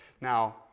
Now